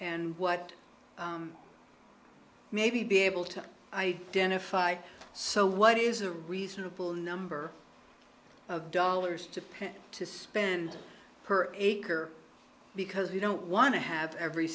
and what may be able to identify so what is a reasonable number of dollars to pay to spend per acre because you don't want to have every